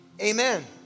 amen